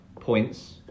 points